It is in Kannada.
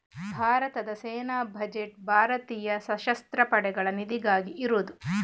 ಭಾರತದ ಸೇನಾ ಬಜೆಟ್ ಭಾರತೀಯ ಸಶಸ್ತ್ರ ಪಡೆಗಳ ನಿಧಿಗಾಗಿ ಇರುದು